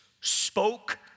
spoke